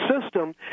system